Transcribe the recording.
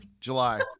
July